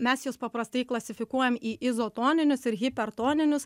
mes juos paprastai klasifikuojam į izotoninius ir hipertoninius